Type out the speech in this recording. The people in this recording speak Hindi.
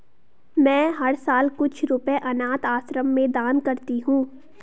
मैं हर साल कुछ रुपए अनाथ आश्रम में दान करती हूँ